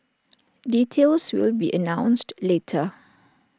details will be announced later